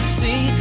see